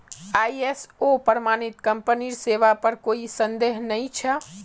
ISO प्रमाणित कंपनीर सेवार पर कोई संदेह नइ छ